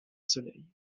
soleil